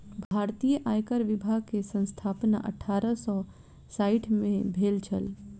भारतीय आयकर विभाग के स्थापना अठारह सौ साइठ में भेल छल